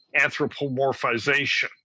anthropomorphization